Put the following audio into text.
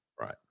right